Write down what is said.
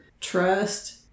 trust